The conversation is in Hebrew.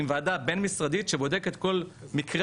עם ועדה בין משרדית שבודקת כל מקרה